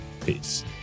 peace